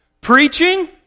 preaching